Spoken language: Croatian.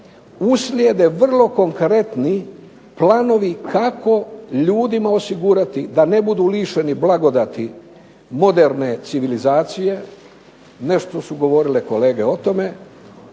uslijede vrlo konkretni planovi kako ljudima osigurati da ne budu lišeni blagodati moderne civilizacije, nešto su govorile kolege o tome.